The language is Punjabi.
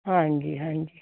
ਹਾਂਜੀ ਹਾਂਜੀ